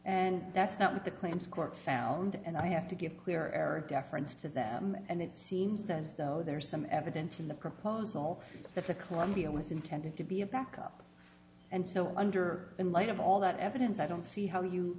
and that's not what the claims court found and i have to give clear air of deference to them and it seems as though there is some evidence in the proposal that the columbia was intended to be a backup and so under in light of all that evidence i don't see how you